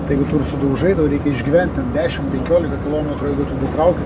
tai jeigu tu ir sudaužai tau reikia išgyvent ten dešimt penkioliką kilometrų datrauki